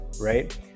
right